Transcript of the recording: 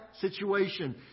situation